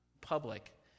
public